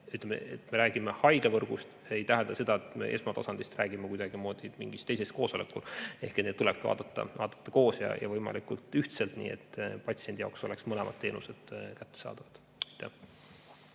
me räägime haiglavõrgust, ei tähenda seda, et me esmatasandist räägiksime kuidagimoodi mingil teisel koosolekul. Neid asju tulebki vaadata koos ja võimalikult ühtselt, et patsiendi jaoks oleks mõlemad teenused kättesaadavad.